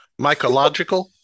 Mycological